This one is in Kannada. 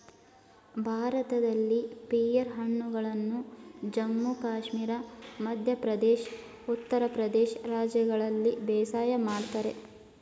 ಭಾರತದಲ್ಲಿ ಪಿಯರ್ ಹಣ್ಣುಗಳನ್ನು ಜಮ್ಮು ಕಾಶ್ಮೀರ ಮಧ್ಯ ಪ್ರದೇಶ್ ಉತ್ತರ ಪ್ರದೇಶ ರಾಜ್ಯಗಳಲ್ಲಿ ಬೇಸಾಯ ಮಾಡ್ತರೆ